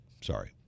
Sorry